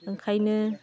ओंखायनो